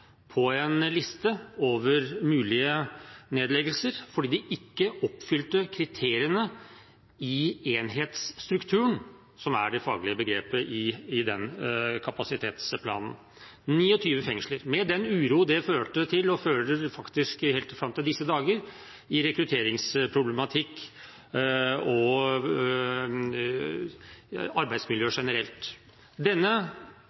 på en liste over mulige nedleggelser fordi de ikke oppfylte kriteriene i enhetsstrukturen, som er det faglige begrepet i den kapasitetsplanen. 29 fengsler – med den uro det førte til, og faktisk har ført til helt fram til disse dager, i rekrutteringsproblematikk og arbeidsmiljø generelt. Denne